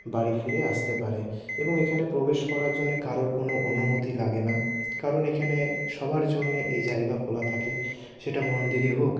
বাড়ি ফিরে আসতে পারে এবং এখানে প্রবেশ করার জন্যে কা্রোর কোনো অনুমতি লাগে না কারণ এইখানে সবার জন্যে এই জায়গা খোলা থাকে সেটা মন্দিরই হোক